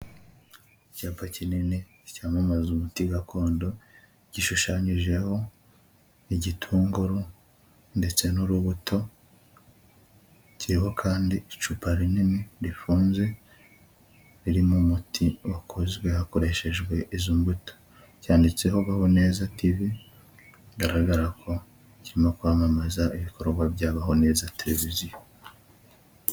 Icyapa kinini cyamamaza umuti gakondo gishushanyijeho igitunguru ndetse n'urubuto kiriho kandi icupa rinini rifunze riririmo umuti wakozwe hakoreshejwe izo mbuto, cyanditseho baho neza tivi bigaragara ko kirimo kwamamaza ibikorwa bya baho neza televiziyo.